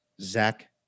Zach